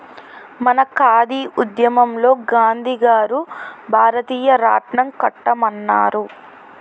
మన ఖాదీ ఉద్యమంలో గాంధీ గారు భారతీయ రాట్నం కట్టమన్నారు